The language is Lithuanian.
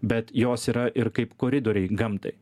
bet jos yra ir kaip koridoriai gamtai